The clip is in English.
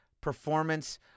performance